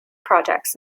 projects